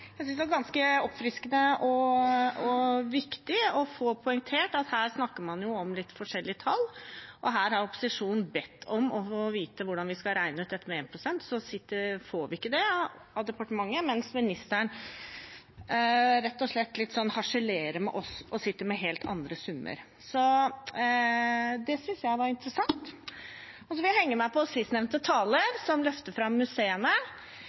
jeg synes det var ganske oppfriskende og viktig å få poengtert at her snakker man om litt forskjellige tall. Opposisjonen har bedt om å få vite hvordan vi skal regne ut dette med 1 pst., og så får vi ikke det av departementet, mens ministeren rett og slett harselerer litt med oss og sitter med helt andre summer. Det synes jeg var interessant. Så vil jeg henge meg på sistnevnte taler, som løftet fram museene.